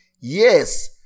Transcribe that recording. Yes